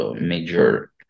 major